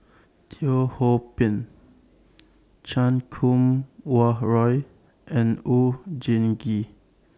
Teo Ho Pin Chan Kum Wah Roy and Oon Jin Gee